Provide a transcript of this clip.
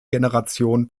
generation